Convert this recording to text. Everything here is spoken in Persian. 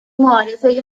معارفه